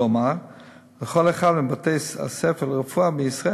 כלומר לכל אחד מבתי-הספר לרפואה בישראל